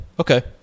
Okay